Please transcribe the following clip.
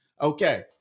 Okay